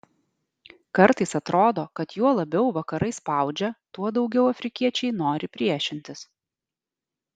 kartais atrodo kad juo labiau vakarai spaudžia tuo daugiau afrikiečiai nori priešintis